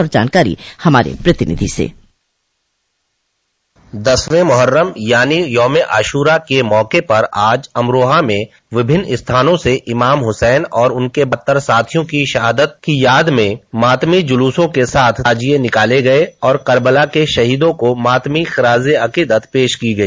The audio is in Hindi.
और जानकारी हमार प्रतिनिधि से दसवे मोहर्रम यानी यौमे आशूरा के मौके पर आज अमरोहा में विभिन्न स्थानों से इमाम हुसैन और उनके बहात्तर साथियों से शहादत की याद में मातमी जुलूसों के साथ ताजिए निकाले गए और ॅकर्बला के शहीदों को मातमी खिराजे अकीदत पेश की गई